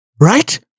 right